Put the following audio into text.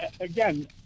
again